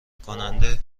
کننده